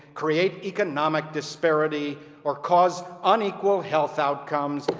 create economic disparity, or cause unequal health outcomes.